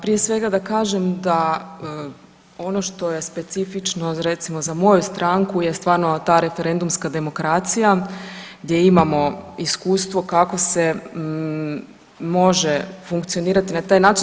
Prije svega da kažem da ono što je specifično, recimo za moju stranku je stvarno ta referendumska demokracija gdje imamo iskustvo kako se može funkcionirati na taj način.